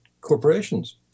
corporations